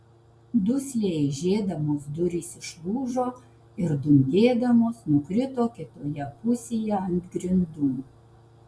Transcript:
dusliai eižėdamos durys išlūžo ir dundėdamos nukrito kitoje pusėje ant grindų